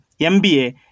MBA